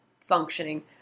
functioning